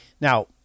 Now